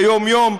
ביום-יום,